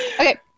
Okay